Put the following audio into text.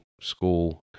school